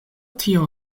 tio